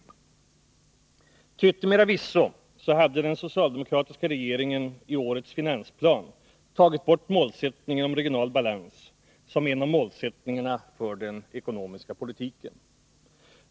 Till yttermera visso hade den socialdemokratiska regeringen i årets finansplan tagit bort målsättningen om regional balans som en av målsättningarna för den ekonomiska politiken.